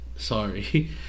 Sorry